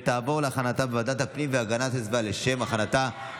לוועדת הפנים והגנת הסביבה נתקבלה.